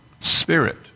spirit